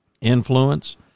Influence